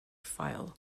file